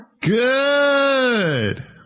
Good